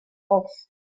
off